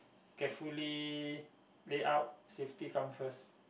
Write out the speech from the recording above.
carefully layout safety come first